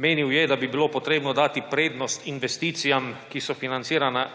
Menil je, da bi bilo potrebno dati prednost investicijam, ki so financirane